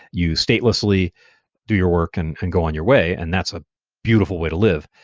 you statelessly do your work and and go on your way. and that's a beautiful way to live.